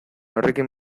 horrekin